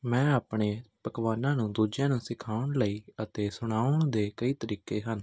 ਮੈਂ ਆਪਣੇ ਪਕਵਾਨਾਂ ਨੂੰ ਦੂਜਿਆਂ ਨੂੰ ਸਿਖਾਉਣ ਲਈ ਅਤੇ ਸੁਣਾਉਣ ਦੇ ਕਈ ਤਰੀਕੇ ਹਨ